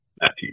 Matthew